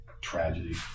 tragedy